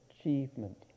achievement